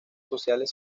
sociales